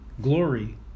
glory